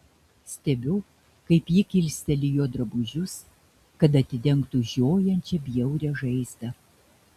stebiu kaip ji kilsteli jo drabužius kad atidengtų žiojančią bjaurią žaizdą